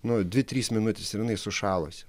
nu dvi trys minutės ir jinai sušalusi